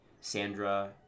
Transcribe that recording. Sandra